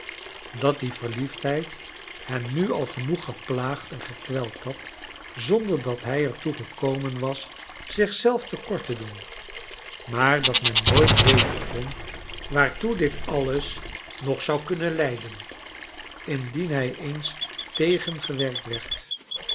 dat die verliefdheid hem nu al g moeg geplaagd en gekweld had zonder dat hij er toe gekomen was zich zelf te kort te doen maar dat men nooit we ten kon waartoe dit alles nog zou kunnen leiden indien hij eens tegengewerkt werd